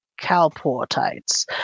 Calportites